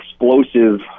explosive